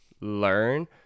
learn